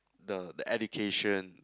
the the education